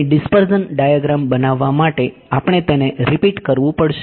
અહીં dispersion diagram બનાવવા માટે આપણે તેને રિપીટ કરવું પડશે